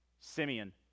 Simeon